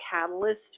catalyst